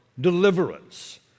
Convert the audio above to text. deliverance